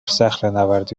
صخرهنوردی